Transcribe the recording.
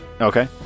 Okay